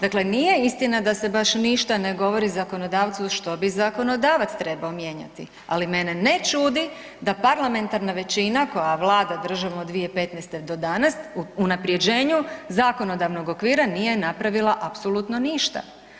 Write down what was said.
Dakle, nije istina da se baš ništa ne govori zakonodavcu što bi zakonodavac trebao mijenjati, ali mene ne čudi da parlamentarna većina koja vlada državom od 2015. do danas o unapređenju zakonodavnog okvira nije napravila apsolutno ništa.